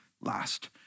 last